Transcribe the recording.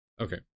Okay